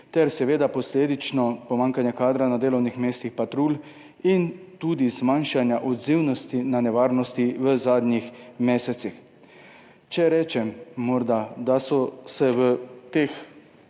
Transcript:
ter seveda posledično pomanjkanje kadra na delovnih mestih patrulj in tudi zmanjšanje odzivnosti na nevarnosti v zadnjih mesecih. Če rečem morda, da so se v teh